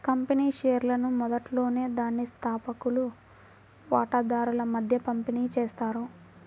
company షేర్లను మొదట్లోనే దాని స్థాపకులు వాటాదారుల మధ్య పంపిణీ చేస్తారు